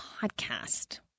podcast